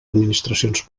administracions